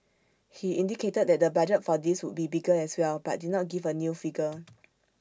he indicated that the budget for this would be bigger as well but did not give A new figure